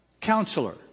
Counselor